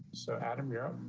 so adam europe.